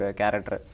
character